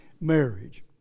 marriage